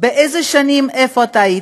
באיזה שנים איפה אתה היית,